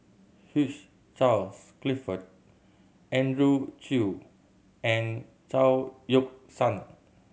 Hugh Charles Clifford Andrew Chew and Chao Yoke San